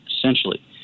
essentially